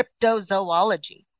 cryptozoology